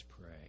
pray